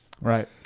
Right